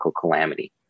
calamity